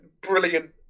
brilliant